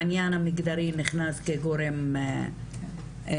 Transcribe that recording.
העניין המגדרי נכנס כגורם בנושא.